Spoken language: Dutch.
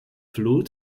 vloed